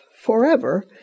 Forever